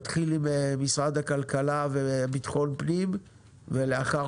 נתחיל ממשרד הכלכלה וביטחון הפנים ולאחר